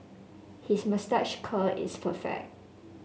his moustache curl is perfect